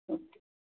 okay